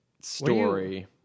story